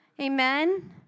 Amen